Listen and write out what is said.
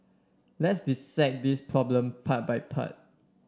let's dissect this problem part by part